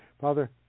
Father